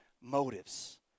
motives